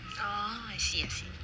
oh I see I see